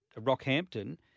Rockhampton